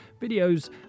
videos